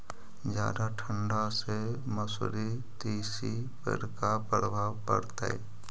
जादा ठंडा से मसुरी, तिसी पर का परभाव पड़तै?